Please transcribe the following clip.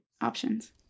options